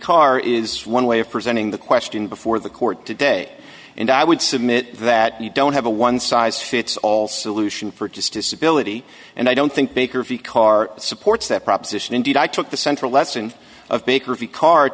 carr is one way of presenting the question before the court today and i would submit that you don't have a one size fits all solution for just disability and i don't think baker v carr supports that proposition indeed i took the central lesson of baker v car